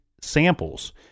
samples